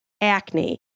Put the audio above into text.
acne